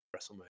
WrestleMania